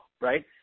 right